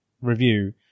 review